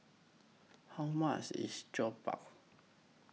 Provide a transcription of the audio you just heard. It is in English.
How much IS Jokbal